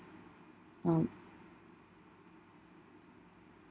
um